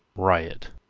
riot,